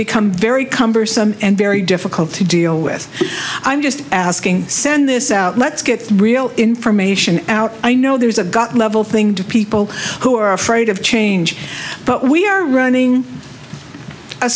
become very cumbersome and very difficult to deal with i'm just asking send this out let's get real information out i know there's a gut level thing to people who are afraid of change but we are running a